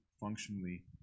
functionally